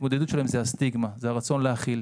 ההתמודדות שלהן היא בעיקר עם הסטיגמות והרצון להכיל.